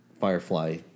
Firefly